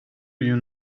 you